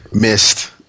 missed